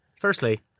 Firstly